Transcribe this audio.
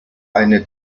eine